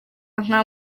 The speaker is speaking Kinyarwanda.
nka